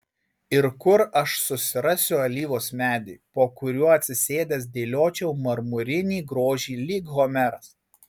ir kur aš susirasiu alyvos medį po kuriuo atsisėdęs dėliočiau marmurinį grožį lyg homeras